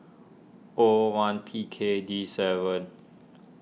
O one P K D seven